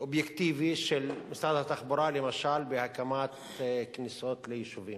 של מודלים פיננסיים חדשים.